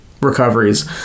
recoveries